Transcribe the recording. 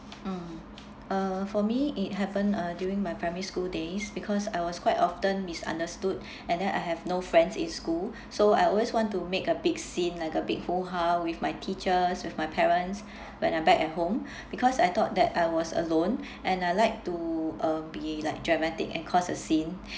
mm uh for me it happen uh during my primary school days because I was quite often misunderstood and then I have no friends in school so I always want to make a big scene like a big hoo-ha with my teachers with my parents when I back at home because I thought that I was alone and I like to uh be like dramatic and caused a scene